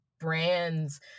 brands